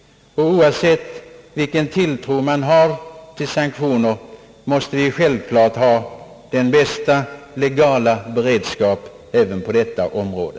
Oavsett vilken tilltro man har till sanktioner måste vi självfallet ha den bästa legala beredskap även på detta område.